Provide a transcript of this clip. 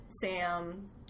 Sam